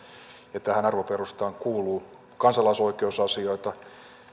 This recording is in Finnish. tähän arvoperustaan kuuluu kansalaisoikeusasioita ja